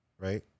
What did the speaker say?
right